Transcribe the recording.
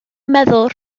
meddwl